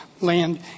land